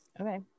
Okay